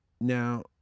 Now